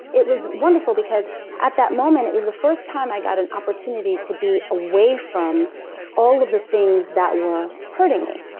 it was wonderful, because at that moment, it was the first time i got an opportunity to be away from all of the things that were hurting me.